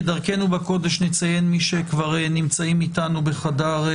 כדרכנו בקודש נציין את מי שנמצאים איתנו כאן בחדר: